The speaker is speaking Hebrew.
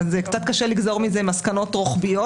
קצת קשה לגזור מזה מסקנות רוחביות.